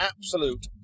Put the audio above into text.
absolute